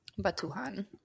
Batuhan